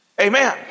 amen